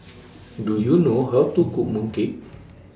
Do YOU know How to Cook Mooncake